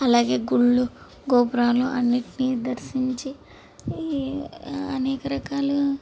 అలాగే గుళ్ళు గోపురాలు అన్నిటిని దర్శించి అనేక రకాలు